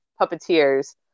puppeteers